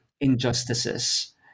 injustices